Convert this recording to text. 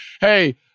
hey